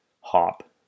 hop